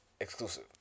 Exclusive